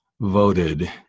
voted